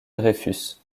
dreyfus